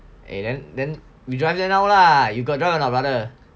eh then then we join now lah you got join or not brother